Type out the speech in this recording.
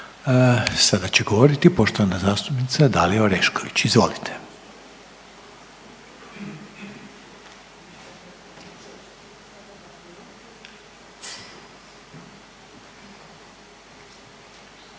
Sada će govoriti poštovana zastupnica Dalija Orešković, izvolite.